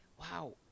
wow